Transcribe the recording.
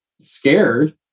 scared